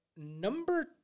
Number